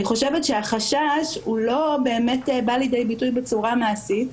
אני חושבת שהחשש לא באמת בא לידי ביטוי בצורה מעשית.